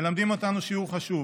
מלמדים אותנו שיעור חשוב.